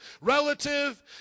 relative